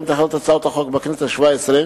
את הכנת הצעת החוק בכנסת השבע-עשרה,